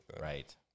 right